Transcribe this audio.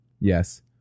Yes